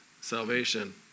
salvation